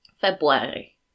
February